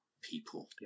people